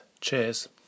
Cheers